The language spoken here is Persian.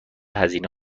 هزینه